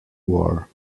war